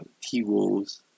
T-Wolves